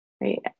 right